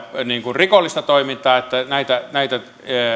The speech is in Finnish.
rikollista toimintaa että näitä näitä